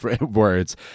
words